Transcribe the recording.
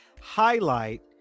highlight